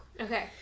okay